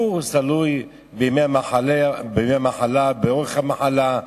ברור, זה תלוי בימי המחלה, באורך המחלה,